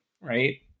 Right